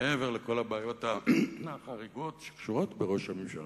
מעבר לכל הבעיות החריגות שקשורות לראש הממשלה,